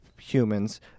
humans